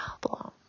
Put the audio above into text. problem